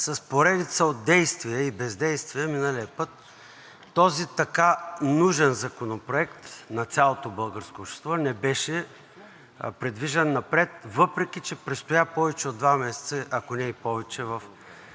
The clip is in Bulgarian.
С поредица от действия и бездействия миналия път този така нужен законопроект на цялото българско общество не беше придвижен напред, въпреки че престоя повече от два месеца, ако не и повече в